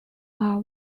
are